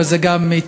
אבל זו גם התלבטות,